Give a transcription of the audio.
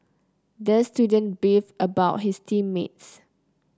the student beefed about his team mates